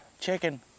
Chicken